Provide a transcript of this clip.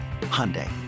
Hyundai